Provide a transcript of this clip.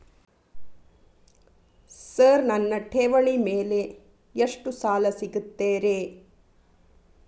Sir ನನ್ನ ಠೇವಣಿ ಮೇಲೆ ಎಷ್ಟು ಸಾಲ ಸಿಗುತ್ತೆ ರೇ?